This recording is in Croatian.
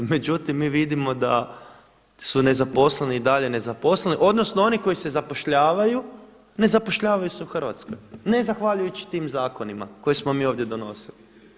Međutim, mi vidimo da su nezaposleni i dalje nezaposleni, odnosno oni koji se zapošljavaju ne zapošljavaju se u Hrvatskoj, ne zahvaljujući tim zakonima koje smo mi ovdje donosili.